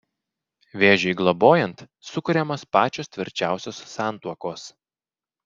vėžiui globojant sukuriamos pačios tvirčiausios santuokos